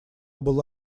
был